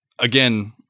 Again